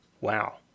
Wow